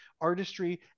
artistry